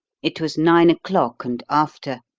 it was nine o'clock and after.